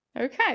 Okay